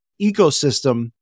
ecosystem